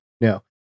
no